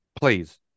please